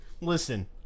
Listen